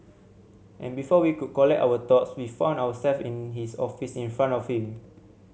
and before we could collect our thoughts we found ourselves in his office in front of him